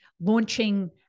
launching